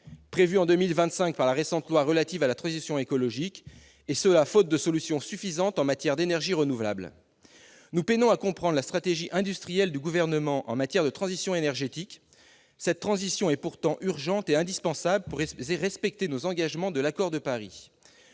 pour la croissance verte, objectifs qui devaient être atteints en 2025, faute de solutions suffisantes en matière d'énergies renouvelables. Nous peinons à comprendre la stratégie industrielle du Gouvernement en matière de transition énergétique. Cette transition est pourtant urgente et indispensable pour respecter nos engagements de l'accord de Paris.